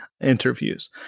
interviews